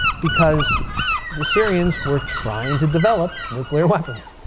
because the syrians were trying to develop nuclear weapons.